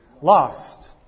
lost